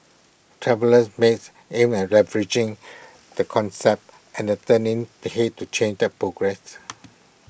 traveller mates aims at leveraging the concept and turning the Head to change that progress